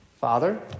Father